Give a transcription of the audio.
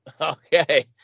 Okay